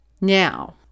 Now